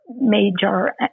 major